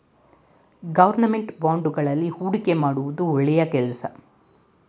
government ಬಾಂಡುಗಳಲ್ಲಿ ಹೂಡಿಕೆ ಮಾಡುವುದು ಒಳ್ಳೆಯ ಕೆಲಸ